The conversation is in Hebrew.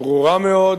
ברורה מאוד,